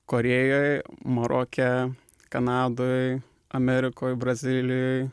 korėjoj maroke kanadoj amerikoj brazilijoj